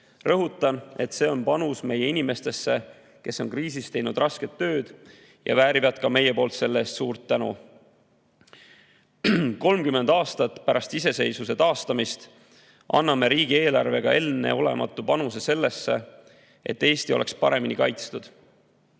Rõhutan, et see on panus meie inimestesse, kes on kriisis teinud rasket tööd ja väärivad selle eest meie suurt tänu.30 aastat pärast iseseisvuse taastamist anname riigieelarvega enneolematu panuse sellesse, et Eesti oleks paremini kaitstud.